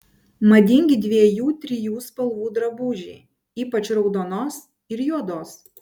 madingi dviejų trijų spalvų drabužiai ypač raudonos ir juodos